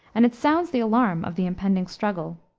and it sounds the alarm of the impending struggle.